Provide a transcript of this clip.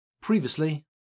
Previously